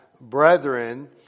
brethren